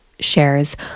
shares